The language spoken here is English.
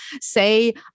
say